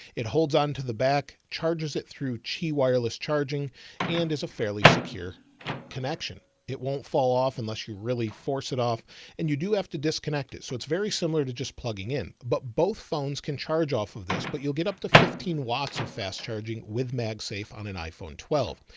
it holds onto the back, charges it through qi wireless charging and is a fairly secure connection. it won't fall off unless you really force it off and you do have to disconnect it. so it's very similar to just plugging in, but both phones can charge off of this, but you'll get up to fifteen watts of fast charging with mag safe on an iphone twelve.